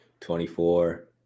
24